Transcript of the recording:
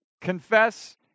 Confess